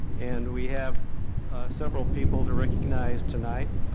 and we have several people to recognize tonight.